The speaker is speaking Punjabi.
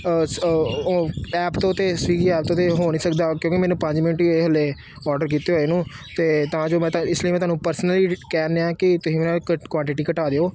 ਐਪ ਤੋਂ ਅਤੇ ਸਵਿੱਗੀ ਐਪ ਤੋਂ ਤਾਂ ਹੋ ਨਹੀਂ ਸਕਦਾ ਕਿਉਂਕਿ ਮੈਨੂੰ ਪੰਜ ਮਿੰਟ ਹੀ ਹੋਏ ਹਲੇ ਔਡਰ ਕੀਤੇ ਹੋਏ ਨੂੰ ਤੇ ਤਾਂ ਜੋ ਮੈਂ ਤਾਂ ਇਸ ਲਈ ਮੈਂ ਤੁਹਾਨੂੰ ਪਰਸਨਲੀ ਕਹਿਣ ਡਿਆਂ ਕਿ ਤੁਸੀਂ ਮੇਰੇ ਨਾ ਕ ਕੁਆਂਟਿਟੀ ਘਟਾ ਦਿਓ